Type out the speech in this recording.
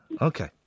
Okay